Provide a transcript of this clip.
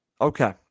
Okay